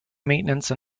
maintenance